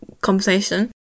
conversation